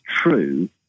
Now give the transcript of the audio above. true